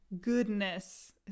goodness